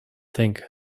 think